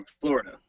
florida